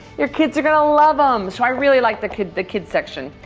your kids are gonna love em. so i really like the kid the kid section.